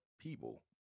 people